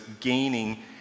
gaining